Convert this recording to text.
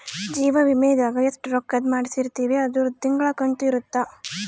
ಜೀವ ವಿಮೆದಾಗ ಎಸ್ಟ ರೊಕ್ಕಧ್ ಮಾಡ್ಸಿರ್ತಿವಿ ಅದುರ್ ತಿಂಗಳ ಕಂತು ಇರುತ್ತ